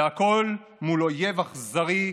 והכול מול אויב אכזרי,